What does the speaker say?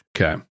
Okay